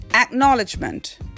Acknowledgement